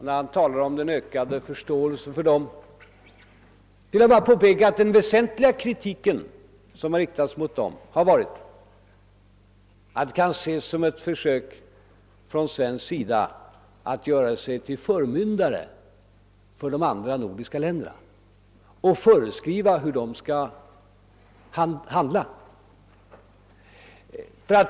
När han talar om den ökade förståelsen för hans synpunkter vill jag bara påpeka att den väsentliga kritik som har riktats mot hans uttalanden har varit att de kan ses som ett försök från svensk sida att göra sig till förmyndare för de andra nordiska länderna och föreskriva hur de skall handla.